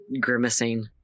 grimacing